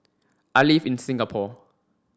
I live in Singapore